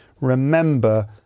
remember